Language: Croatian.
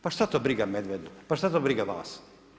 Pa šta to briga Medveda, pa šta to briga vas.